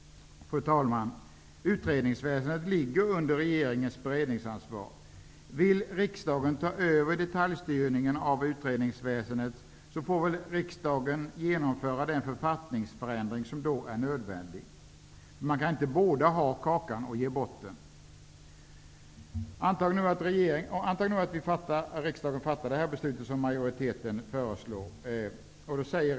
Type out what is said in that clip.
Utredningsväsendet ligger under regeringens beredningsansvar. Vill riksdagen ta över detaljstyrningen av utredningsväsendet, får väl riksdagen genomföra den författningsförändring som då är nödvändig, men man kan inte både ha kakan och ge bort den. Antag att riksdagen fattar det beslut som majoriteten föreslår!